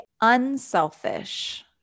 unselfish